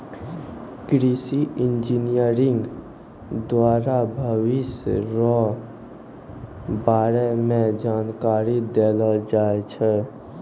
कृषि इंजीनियरिंग द्वारा भविष्य रो बारे मे जानकारी देलो जाय छै